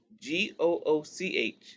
G-O-O-C-H